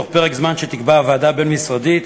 בתוך פרק זמן שתקבע הוועדה הבין-משרדית